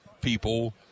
people